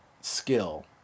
skill